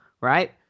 Right